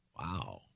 Wow